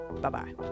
bye-bye